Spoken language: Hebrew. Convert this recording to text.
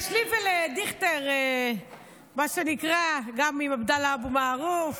יש לי ולדיכטר מה שנקרא, גם עם עבדאללה אבו מערוף.